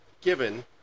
given